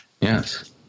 Yes